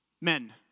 men